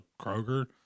Kroger